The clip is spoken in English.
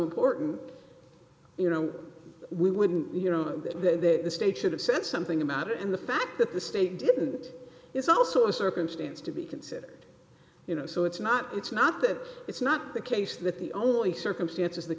important you know we wouldn't you know there's state should have said something about it and the fact that the state didn't it's also a circumstance to be considered you know so it's not it's not that it's not the case that the only circumstances that